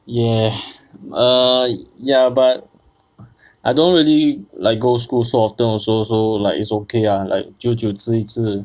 ya err ya but I don't really like go school so often also so like it's okay uh like 久久吃一次